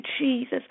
jesus